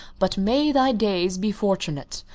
but may thy days be fortunate,